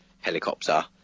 helicopter